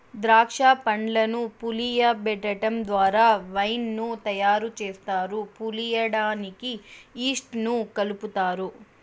దాక్ష పండ్లను పులియబెటడం ద్వారా వైన్ ను తయారు చేస్తారు, పులియడానికి ఈస్ట్ ను కలుపుతారు